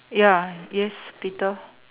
ya yes Peter